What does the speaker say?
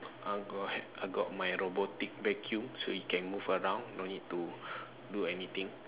I got I got my robotic vacuum so you can move around no need to do anything